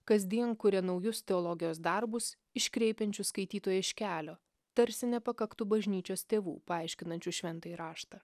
kasdien kuria naujus teologijos darbus iškreipiančius skaitytoją iš kelio tarsi nepakaktų bažnyčios tėvų paaiškinančių šventąjį raštą